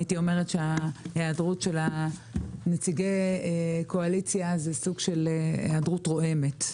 היעדרות נציגי קואליציה היא סוג של היעדרות רועמת.